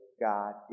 God